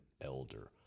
elder